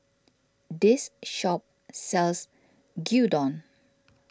this shop sells Gyudon